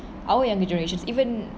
our younger generations even